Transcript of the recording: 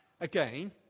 Again